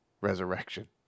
Resurrection